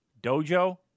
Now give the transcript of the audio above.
dojo